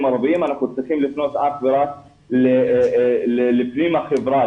ערביים אנחנו צריכים לפנות אך ורק לפנים החברה,